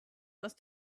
must